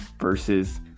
Versus